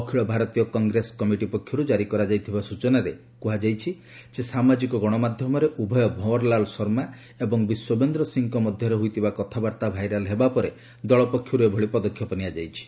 ଅଖିଳ Bharatiya Congress committee ପକ୍ଷରୁ ଜାରି କରାଯାଇଥିବା ସୂଚନାରେ କୁହାଯାଇଛି ଯେ ସାମାଜିକ ଗଣମାଧ୍ୟମରେ ଉଭୟ ଭଓଁରଲାଲ ଶର୍ମା ଏବଂ ବିଶ୍ୱବେନ୍ଦ୍ର ସିଂଙ୍କ ମଧ୍ୟରେ ହୋଇଥିବା କଥାବାର୍ତ୍ତା ଭାଇରାଲ୍ ହେବା ପରେ ଦଳ ପକ୍ଷରୁ ଏଭଳି ପଦକ୍ଷେପ ନିଆଯାଇଛି